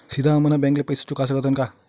सीधा हम मन बैंक ले पईसा चुका सकत हन का?